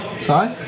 Sorry